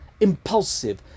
impulsive